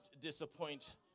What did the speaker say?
disappoint